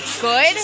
good